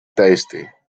tasty